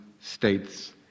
states